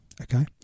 Okay